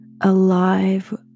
alive